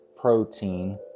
protein